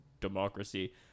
democracy